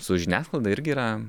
su žiniasklaida irgi yra